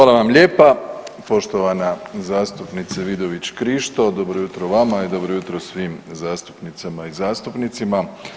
Hvala vam lijepa poštovana zastupnice Vidović Krišto, dobro jutro vama i dobro jutro svim zastupnicama i zastupnicima.